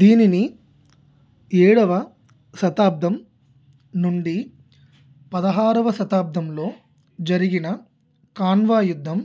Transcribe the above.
దీనిని ఏడవ శతాబ్దం నుండి పదహారవ శతాబ్దంలో జరిగిన ఖాన్వా యుద్ధం